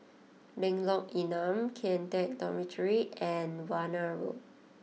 Lengkong Enam Kian Teck Dormitory and Warna Road